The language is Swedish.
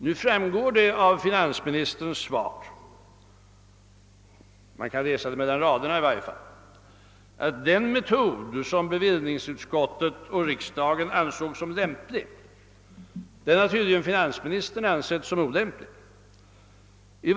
Nu framgår det av finansministerns svar — i varje fall kan man läsa det mellan raderna — att det tillvägagångssätt som bevillningsutskottet och riksdagen ansåg lämpligt anser finansministern olämpligt.